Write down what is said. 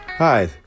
Hi